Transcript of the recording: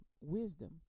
wisdom